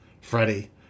Freddie